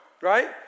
right